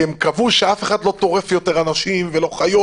כי הם קבעו שאף אחד לא טורף יותר אנשים ולא חיות,